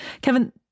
Kevin